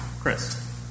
Chris